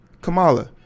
Kamala